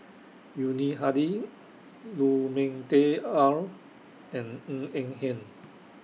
Yuni Hadi Lu Ming Teh Earl and Ng Eng Hen